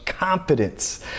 Confidence